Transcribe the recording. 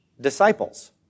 disciples